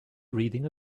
reading